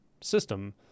system